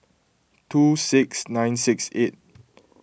two six nine six eight